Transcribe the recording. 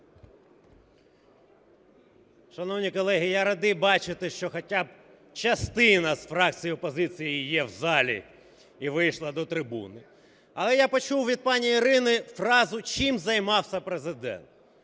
Шановні колеги, я радий бачити, що хоча б частина з фракції опозиції є в залі і вийшла до трибуни. Але я почув від пані Ірини фразу: "Чим займався Президент?".